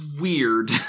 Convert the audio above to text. weird